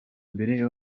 mbere